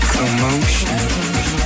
Commotion